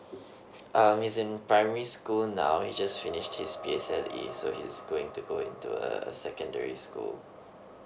um he is in primary school now he just finished his P_S_L_E so he's going to going into a secondary school